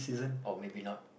or maybe not